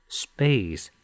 space